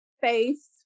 face